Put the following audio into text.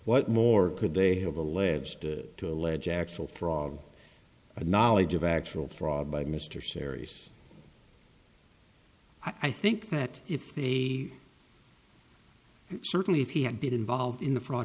what more could they have alleged to allege actual frog knowledge of actual fraud by mr sherry's i think that if they certainly if he had been involved in the fraud